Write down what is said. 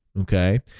okay